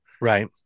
right